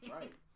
Right